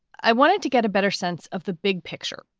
i wanted to get a better sense of the big picture.